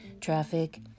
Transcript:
traffic